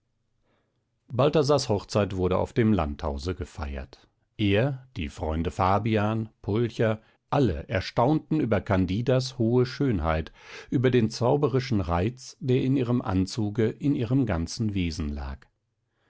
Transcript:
balthasars hochzeit wurde auf dem landhause gefeiert er die freunde fabian pulcher alle erstaunten über candidas hohe schönheit über den zauberischen reiz der in ihrem anzuge in ihrem ganzen wesen lag